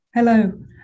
Hello